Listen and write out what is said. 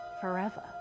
forever